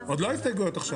עוד לא ההסתייגויות עכשיו.